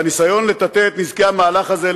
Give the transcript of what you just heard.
והניסיון לטאטא את נזקי המהלך הזה אל